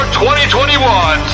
2021